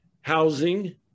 housing